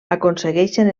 aconsegueixen